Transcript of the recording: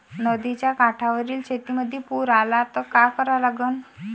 नदीच्या काठावरील शेतीमंदी पूर आला त का करा लागन?